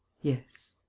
yes.